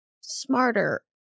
smarter